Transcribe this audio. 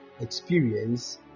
experience